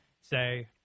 say